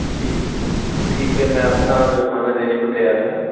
जी जी तो ठीक है मैं अपना जुर्माना देने को तैयार हूँ